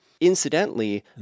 Incidentally